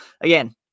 Again